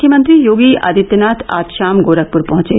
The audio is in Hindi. मुख्यमंत्री योगी आदित्यनाथ आज शाम गोरखपुर पहुंचे